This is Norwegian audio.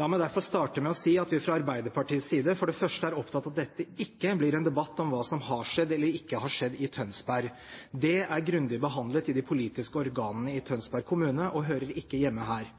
La meg derfor starte med å si at vi fra Arbeiderpartiets side for det første er opptatt av at dette ikke blir en debatt om hva som har skjedd eller ikke har skjedd i Tønsberg. Det er grundig behandlet i de politiske organene i Tønsberg kommune, og hører ikke hjemme her.